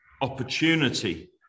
opportunity